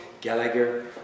Gallagher